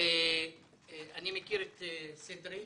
אני מכיר את "סידרי",